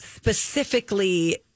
specifically